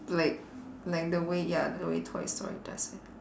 like like the way ya the way toy story does it